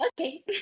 okay